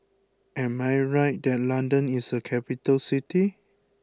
am I right that London is a capital city